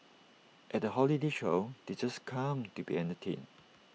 at the holiday show they just come to be entertained